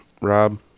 rob